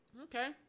Okay